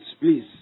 Please